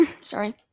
sorry